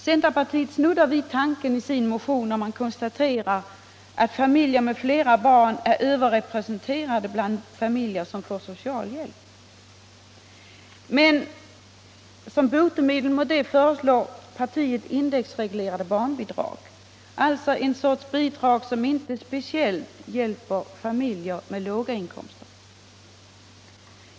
Centerpartiet snuddar i sin motion vid den tanken, när man konstaterar att familjer med flera barn är överrepresenterade bland familjer som får socialhjälp. Såsom botemedel häremot föreslår centerpartiet indexreglerade barnbidrag, alltså en sorts bidrag som inte speciellt hjälper familjer med låga inkomster.